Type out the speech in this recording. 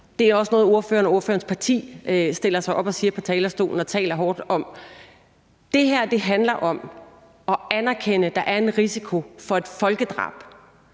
Det er også noget, ordføreren og ordførerens parti stiller sig op og siger fra talerstolen og taler hårdt om. Det her handler om at anerkende, at der er en risiko for et folkedrab,